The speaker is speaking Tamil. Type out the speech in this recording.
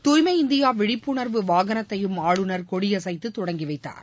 தூய்மை இந்தியா விழிப்புணர்வு வாகனத்தையும் ஆளுநர் கொடியைசைத்து தொடங்கிவைத்தார்